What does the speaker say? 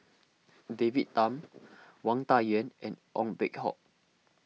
David Tham Wang Dayuan and Ong Peng Hock